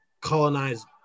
colonize